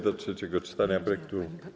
Do trzeciego czytania projektu.